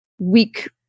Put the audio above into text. weak